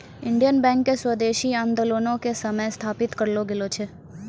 Indian bank के स्वदेशी आन्दोलनो के समय स्थापित करलो गेलो छै